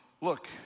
look